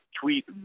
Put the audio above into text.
tweet